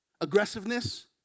aggressiveness